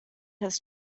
his